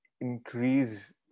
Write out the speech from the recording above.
increase